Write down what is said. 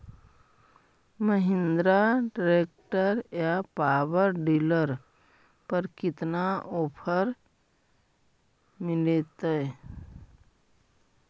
Mahindra tractor या power dealer पर कितना ओफर मीलेतय?